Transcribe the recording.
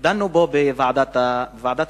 דנו בוועדת החינוך.